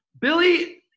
Billy